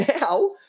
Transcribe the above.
now